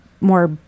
more